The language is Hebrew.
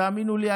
תאמינו לי,